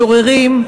משוררים,